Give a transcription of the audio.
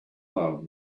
love